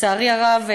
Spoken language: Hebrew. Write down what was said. לצערי הרב,